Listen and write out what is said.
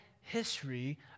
history